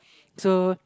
so